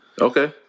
Okay